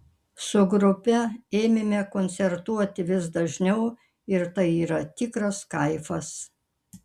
su grupe ėmėme koncertuoti vis dažniau ir tai yra tikras kaifas